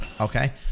Okay